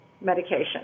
medication